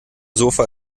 sofa